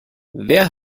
wer